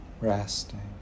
resting